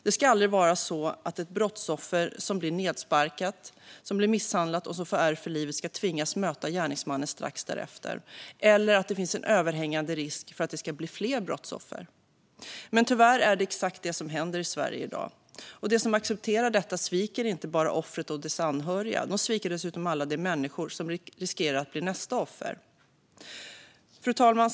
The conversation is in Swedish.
Det ska aldrig vara på det sättet att ett brottsoffer som blir nedsparkat, blir misshandlat och får ärr för livet ska tvingas möta gärningsmannen strax därefter eller att det finns en överhängande risk för att det ska bli fler brottsoffer. Men tyvärr är det exakt det som händer i Sverige i dag. De som accepterar detta sviker inte bara offret och dess anhöriga. De sviker dessutom alla som riskerar att bli nästa offer. Fru talman!